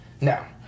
Now